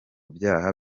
byaha